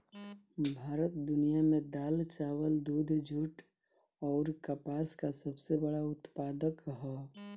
भारत दुनिया में दाल चावल दूध जूट आउर कपास का सबसे बड़ा उत्पादक ह